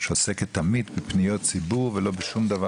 שעוסקת תמיד בפניות ציבור ולא בשום דבר